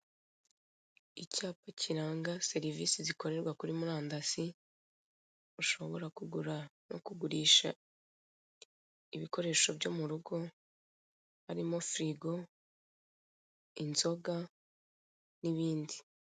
Icyapa kiranga serivise zikorerwa kuri murandasi, ushobora kugura no kugurisha ibikoresha byo murugo harimo firigo, inzoga, n'ibindi.